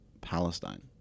Palestine